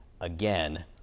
again